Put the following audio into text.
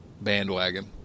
bandwagon